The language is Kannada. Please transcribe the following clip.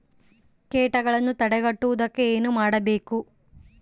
ಕೇಟಗಳನ್ನು ತಡೆಗಟ್ಟುವುದಕ್ಕೆ ಏನು ಮಾಡಬೇಕು?